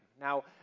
Now